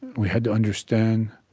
we had to understand